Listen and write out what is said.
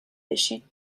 بشین